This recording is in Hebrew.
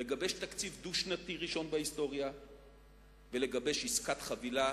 לגבש תקציב דו-שנתי ראשון בהיסטוריה ולגבש עסקת חבילה,